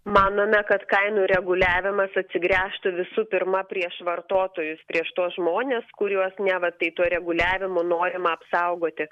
manome kad kainų reguliavimas atsigręžtų visų pirma prieš vartotojus prieš tuos žmones kuriuos neva tai tuo reguliavimu norima apsaugoti